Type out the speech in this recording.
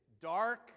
Dark